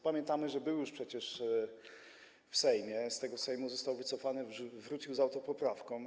Pamiętamy, że był już przecież w Sejmie, z tego Sejmu został wycofany, wrócił z autopoprawką.